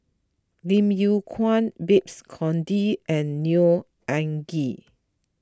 Lim Yew Kuan Babes Conde and Neo Anngee